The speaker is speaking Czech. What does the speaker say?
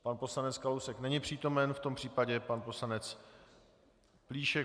Pan poslanec Kalousek není přítomen, v tom případě pan poslanec Plíšek.